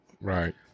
Right